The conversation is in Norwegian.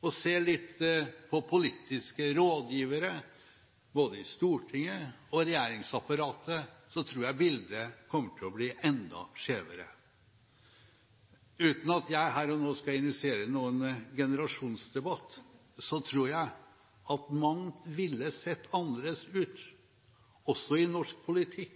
og ser på politiske rådgivere, både i Stortinget og i regjeringsapparatet, tror jeg bildet kommer til å bli enda skjevere. Uten at jeg her og nå skal initiere noen generasjonsdebatt, tror jeg at mangt ville sett annerledes ut også i norsk politikk